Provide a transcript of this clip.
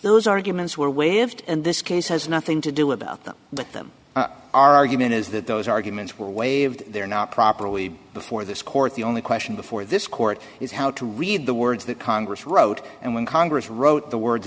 those arguments were waived and this case has nothing to do about them but them our argument is that those arguments were waived they're not properly before this court the only question before this court is how to read the words that congress wrote and when congress wrote the words